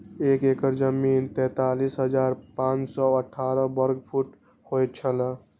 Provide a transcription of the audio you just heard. एक एकड़ जमीन तैंतालीस हजार पांच सौ साठ वर्ग फुट होय छला